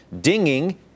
dinging